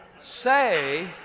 Say